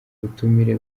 ubutumire